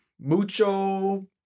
Mucho